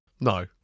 No